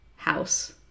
house